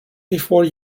before